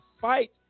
fight